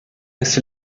ist